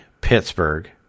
Pittsburgh